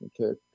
Okay